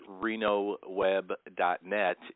renoweb.net